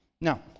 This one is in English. now